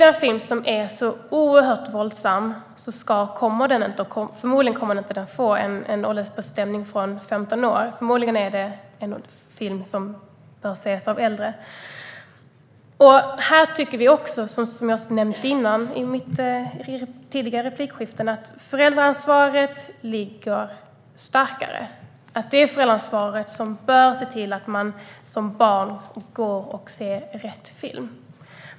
En film som är oerhört våldsam kommer förmodligen inte att få en åldersgräns på femton år, utan den bör förmodligen ses av äldre. Här tycker vi också, som jag nämnt i tidigare replikskiften, att föräldraansvaret är starkare. Det är föräldrarna som bör se till att barn går och ser rätt filmer.